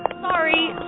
Sorry